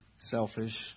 Selfish